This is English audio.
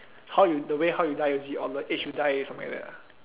how you the way how you die is it or the age you die something like that